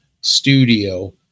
studio